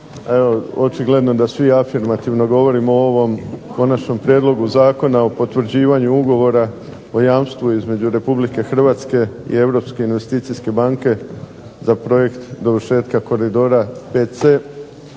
Očigledno da svi afirmativno govorimo o ovom Konačnom prijedlogu zakona o potvrđivanju Ugovora o jamstvu između Republike Hrvatske i Europske investicijske banke za Projekt dovršetka koridora VC,